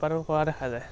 উৎপাদন কৰা দেখা যায়